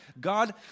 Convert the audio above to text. God